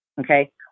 Okay